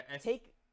take